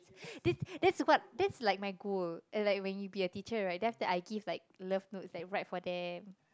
this this is quite this is like my-god and like when you be teacher right then after I give like love notes then write for them